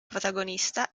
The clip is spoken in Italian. protagonista